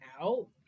out